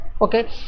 Okay